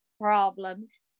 problems